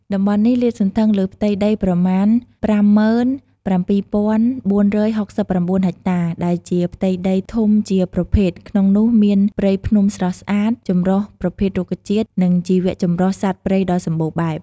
តំបន់នេះលាតសន្ធឹងលើផ្ទៃដីប្រមាណ ៥៧,៤៦៩ ហិកតា ដែលជាផ្ទៃដីធំជាប្រភេទ ក្នុងនោះមានព្រៃភ្នំស្រស់ស្អាត ចម្រុះប្រភេទរុក្ខជាតិ និងជីវចម្រុះសត្វព្រៃដ៏សម្បូរបែប។